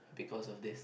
because of this